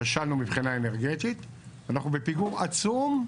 כשלנו מבחינה אנרגטית ואנחנו בפיגור עצום,